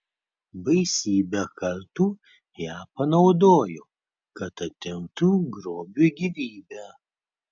baisybę kartų ją panaudojo kad atimtų grobiui gyvybę